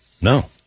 No